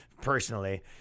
personally